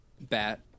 Bat